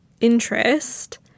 interest